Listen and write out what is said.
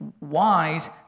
wise